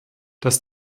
das